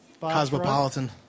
Cosmopolitan